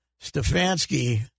Stefanski